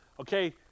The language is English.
okay